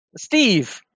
Steve